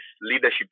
leadership